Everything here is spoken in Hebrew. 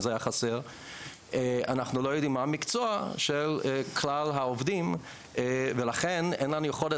אנחנו לא יודעים מה המקצוע של כלל העובדים ולכן אין לנו יכולת